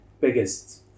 biggest